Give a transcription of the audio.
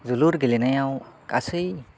जोलुर गेलेनायाव गासै